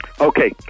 Okay